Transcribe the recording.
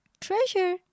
treasure